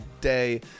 day